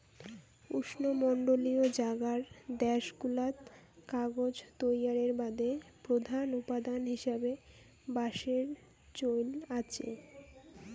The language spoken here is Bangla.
উষ্ণমণ্ডলীয় জাগার দ্যাশগুলাত কাগজ তৈয়ারের বাদে প্রধান উপাদান হিসাবে বাঁশের চইল আচে